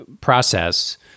process